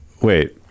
Wait